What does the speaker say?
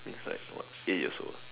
means like what eight years old